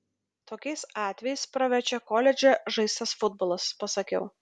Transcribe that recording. tokiais atvejais praverčia koledže žaistas futbolas pasakiau